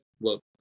look